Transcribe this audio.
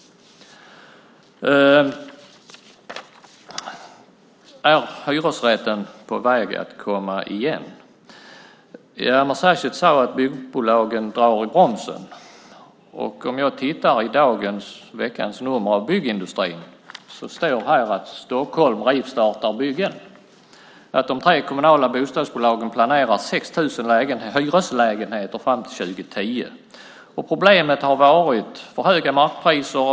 Är hyresrätten på väg att komma igen? Ameer Sachet sade att byggbolagen drar i bromsen. I veckans nummer av Byggindustrin står det att Stockholm rivstartar byggen och att de tre kommunala bostadsbolagen planerar 6 000 hyreslägenheter fram till 2010. Problemet har varit för höga markpriser.